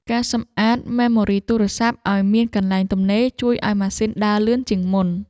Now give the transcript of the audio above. ការសម្អាតមេម៉ូរីទូរស័ព្ទឱ្យមានកន្លែងទំនេរ ជួយឱ្យម៉ាស៊ីនដើរលឿនជាងមុន។